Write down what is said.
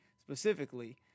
specifically